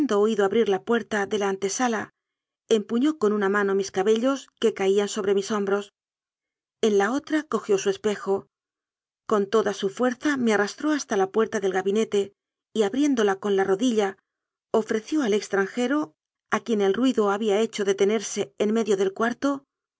oído abrir la puerta de la antesala empuñó con una mano mis cabellos que caían so bre mis hombros en la otra cogió su espejo con toda su fuerza me arrastró hasta la puerta del ga binete y abriéndola con la rodilla ofreció al ex tranjero a quien el ruido había hecho detenerse en medio del cuarto